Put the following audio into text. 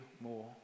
more